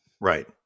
Right